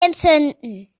entzünden